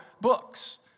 books